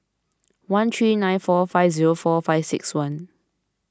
one three nine four five zero four five six one